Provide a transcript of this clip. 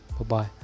Bye-bye